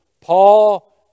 Paul